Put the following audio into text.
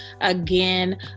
again